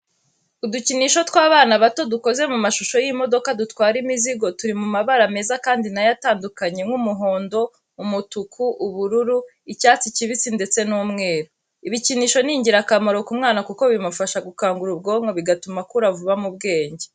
Udukinisho tw'abana bato dukoze mu mashusho y'imodoka dutwara imizigo, turi mu mabara meza kandi na yo atandukanye, nk'umuhondo, umutuku, ubururu, icyatsi kibisi ndetse n'umweru. Ibikinisho ni ingirakamaro ku mwana kuko bimufasha gukangura ubwonko, bigatuma akura vuba mu bwenge.